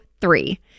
three